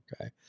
okay